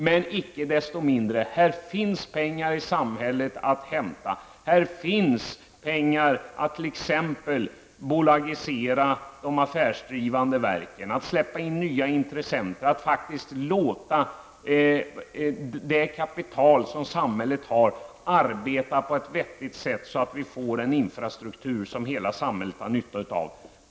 Men icke desto mindre -- det finns pengar att hämta i samhället, t.ex. genom att bolagisera de affärsdrivande verken, genom att släppa in nya intressenter och genom att faktiskt låta samhällets kapital arbeta på ett vettigt sätt, så att vi får en infrastruktur som hela samhället har nytta av.